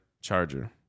charger